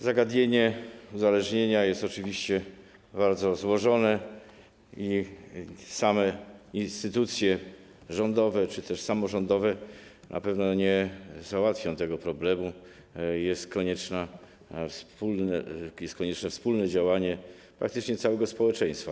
Zagadnienie uzależnienia jest oczywiście bardzo złożone i same instytucje rządowe czy też samorządowe na pewno nie załatwią tego problemu, konieczne jest wspólne działanie, praktycznie całego społeczeństwa.